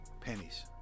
Pennies